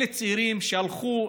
אלה צעירים שהלכו,